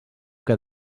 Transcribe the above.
que